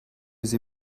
sie